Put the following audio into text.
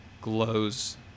glows